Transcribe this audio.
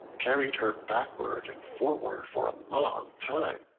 carried her backward and forward for a long time,